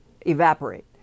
evaporate